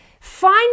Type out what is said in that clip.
find